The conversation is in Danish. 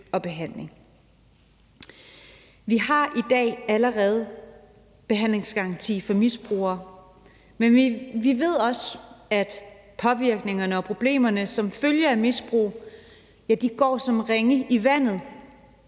i dag en behandlingsgaranti for misbrugere, men vi ved også, at påvirkningerne og problemerne som følge af misbrug går som ringe i vandet.